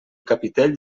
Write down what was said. capitell